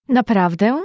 Naprawdę